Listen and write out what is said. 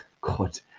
God